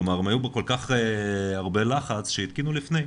כלומר, הם היו בכזה לחץ שהם התקינו לפני,